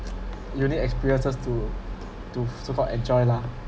unique experiences to to so called enjoy lah